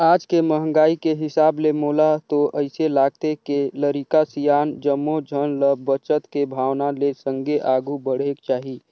आज के महंगाई के हिसाब ले मोला तो अइसे लागथे के लरिका, सियान जम्मो झन ल बचत के भावना ले संघे आघु बढ़ेक चाही